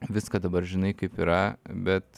viską dabar žinai kaip yra bet